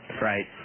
Right